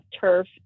turf